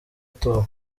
atowe